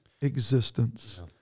existence